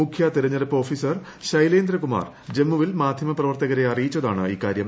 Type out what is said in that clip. മുഖ്യ തെരഞ്ഞെടുപ്പ് ഓഫീസർ ശൈലേന്ദ്രകുമാർ ജമ്മുവിൽ മാധ്യമപ്രവർത്തകരെ അറിയിച്ചതാണ് ഇക്കാര്യം